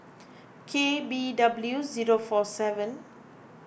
K B W zero four seven